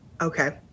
Okay